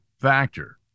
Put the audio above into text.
factor